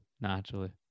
naturally